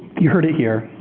you heard it here.